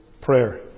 prayer